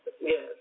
Yes